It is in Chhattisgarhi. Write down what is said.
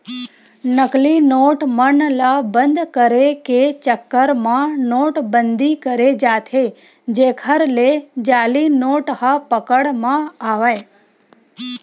नकली नोट मन ल बंद करे के चक्कर म नोट बंदी करें जाथे जेखर ले जाली नोट ह पकड़ म आवय